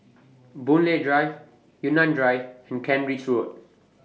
Boon Lay Drive Yunnan Drive and Kent Ridge Road